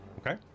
Okay